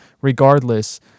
regardless